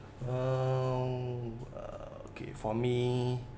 uh oo okay for me